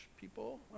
people